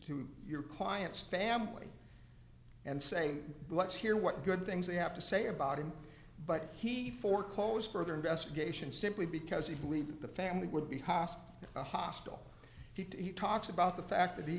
to your client's family and say let's hear what good things they have to say about him but he foreclosed further investigation simply because he believed that the family would be hostile hostile he talks about the fact that he